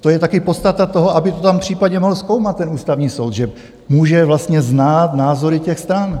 To je taky podstata toho, aby to tam případně mohl zkoumat ten Ústavní soud, že může vlastně znát názory těch stran.